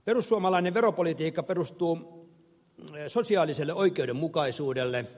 perussuomalainen veropolitiikka perustuu sosiaaliselle oikeudenmukaisuudelle